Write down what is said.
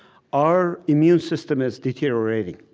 our immune system is deteriorating.